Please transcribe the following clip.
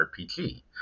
RPG